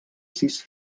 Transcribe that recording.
sis